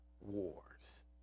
wars